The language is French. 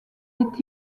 est